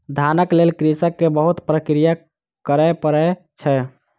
धानक लेल कृषक के बहुत प्रक्रिया करय पड़ै छै